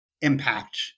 impact